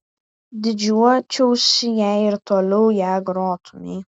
didžiuočiausi jei ir toliau ja grotumei